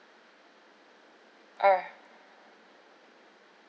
ugh